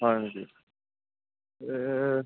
হয় নেকি এই